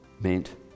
meant